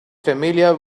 familiar